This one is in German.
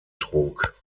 trug